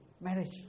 marriage